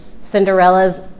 Cinderella's